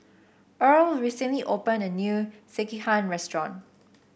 Erle recently opened a new Sekihan Restaurant